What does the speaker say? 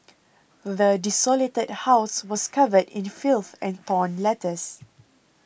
the desolated house was covered in filth and torn letters